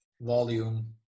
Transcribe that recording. volume